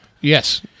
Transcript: Yes